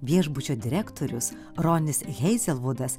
viešbučio direktorius ronis heizelvudas